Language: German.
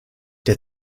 der